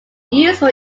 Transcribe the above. useful